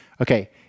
okay